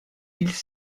ils